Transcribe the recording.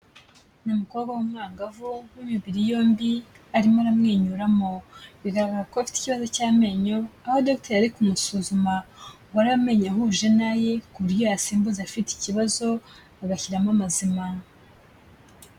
Ni umukobwa w'umwangavu w'imibiri yombi, arimo aramwenyuramo, biragaragara ko afite ikibazo cy'amenyo, aho dogiteri yari kumusuzuma ngo arebe amenyo ahuje n'aye ku buryo yasimbuza afite ikibazo, agashyiramo amazima.